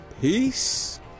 peace